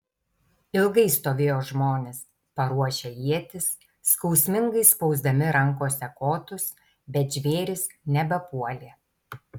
ilgai stovėjo žmonės paruošę ietis skausmingai spausdami rankose kotus bet žvėrys nebepuolė